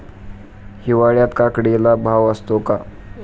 हिवाळ्यात काकडीला भाव असतो का?